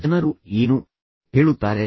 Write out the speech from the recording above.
ಜನರು ನನ್ನ ಬಗ್ಗೆ ಏನು ಹೇಳುತ್ತಾರೆ